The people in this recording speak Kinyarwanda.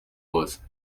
hose